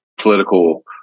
political